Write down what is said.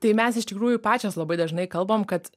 tai mes iš tikrųjų pačios labai dažnai kalbam kad